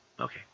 Okay